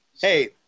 hey